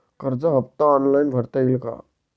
कर्ज हफ्ता ऑनलाईन भरता येईल का?